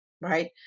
right